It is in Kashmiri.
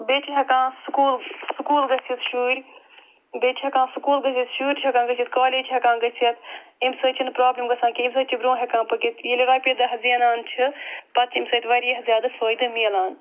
بیٚیہِ چھِ ہٮ۪کان سُکول سُکول گٔژھِتھ شُرۍ بیٚیہِ چھِ ہٮ۪کان سُکول گٔژھِتھ شُرۍ چھِ ہٮ۪کان گٔژھِتھ کالیج چھِ ہٮ۪کان گٔژھِتھ اَمہِ سۭتۍ چھِنہٕ پرٛابلم گَژھان کِہیٖنۍ اَمہِ سۭتۍ چھِ برٛونٛہہ ہٮ۪کان پٔکِتھ ییٚلہِ رۄپیہِ دہ زینان چھِ پَتہٕ چھِ اَمہِ سۭتۍ واریاہ زیادٕ فٲیدٕ مِلان